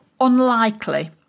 Unlikely